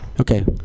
Okay